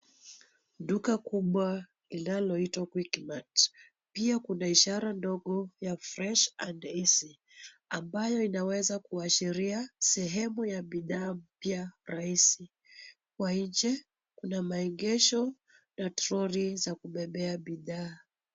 Duka kubwa linaloitwa quickmart .Pia kuna ishara ndogo ya, fresh and easy ambayo inaweza kuashiria sehemu ya bidhaa mpya rahisi. Kwa nje kuna maegesho na troli za kubebea bidhaa.